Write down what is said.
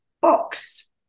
box